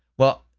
well,